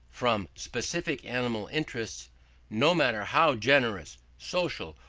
from specific animal interests no matter how generous, social,